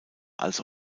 als